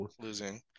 Losing